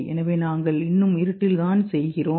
எனவே நாங்கள் இன்னும் இருட்டில் தான் செய்கிறோம்